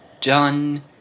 done